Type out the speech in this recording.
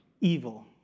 evil